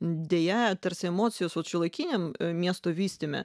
deja tarsi emocijos vat šiuolaikiniam miesto vystyme